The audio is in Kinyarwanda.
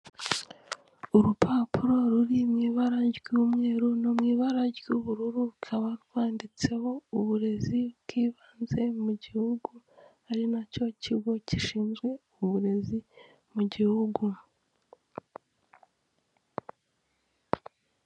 Urupapuro ruri mu ibara ry'umweru no mu ibara ry'ubururu rukaba rwanditseho uburezi bw'ibanze mu gihugu, ari nacyo kigo gishinzwe uburezi mu gihugu.